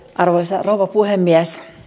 arvoisa rouva puhemies